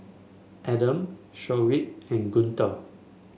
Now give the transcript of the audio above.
Adam Shoaib and Guntur